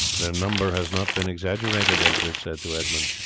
their number has not been exaggerated, egbert said to edmund,